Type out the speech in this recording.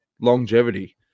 longevity